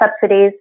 subsidies